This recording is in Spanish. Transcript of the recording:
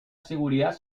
seguridad